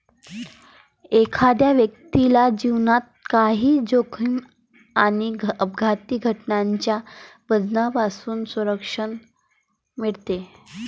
एखाद्या व्यक्तीला जीवनात काही जोखीम आणि अपघाती घटनांच्या वजनापासून संरक्षण मिळते